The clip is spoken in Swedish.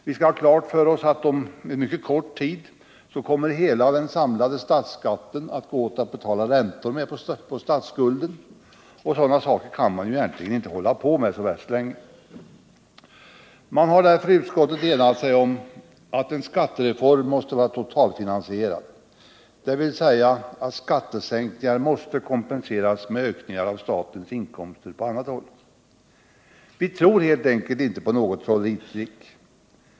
Vi skall också ha klart för oss att hela den samlade statsskatten inom en mycket snar framtid kommer att gå åt till att betala räntor på statsskulden. Sådant kan man ju egentligen inte hålla på med så värst länge. Vi har därför i utskottet enats om att en skattereform måste vara totalfinansierad, dvs. att skattesänkningar måste kompenseras med ökningar av statens inkomster på annat håll. Vi tror helt enkelt inte på något trolleritrick.